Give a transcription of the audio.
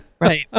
Right